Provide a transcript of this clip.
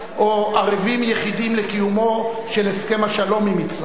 ערבים יחידים לקיומו של הסכם השלום עם מצרים.